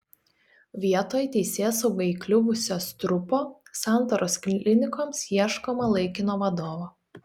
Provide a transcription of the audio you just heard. vietoj teisėsaugai įkliuvusio strupo santaros klinikoms ieškoma laikino vadovo